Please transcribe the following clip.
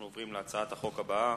אנחנו עוברים להצעת החוק הבאה,